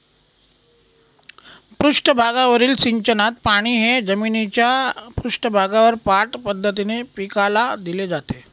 पृष्ठभागावरील सिंचनात पाणी हे जमिनीच्या पृष्ठभागावर पाठ पद्धतीने पिकाला दिले जाते